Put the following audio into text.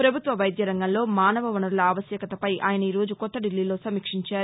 ప్రభుత్వ వైద్యరంగంలో మానవ వనరుల ఆవశ్యకతపై ఆయన ఈరోజు కొత్త దిల్లీలో సమీక్షించారు